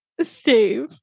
Steve